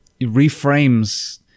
reframes